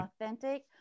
authentic